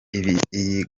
iyi